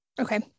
Okay